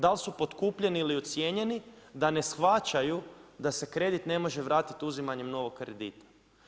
Da li su potkupljeni ili ucijenjeni da ne shvaćaju da se kredit ne može vratit uzimanjem novog kredita.